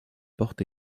porte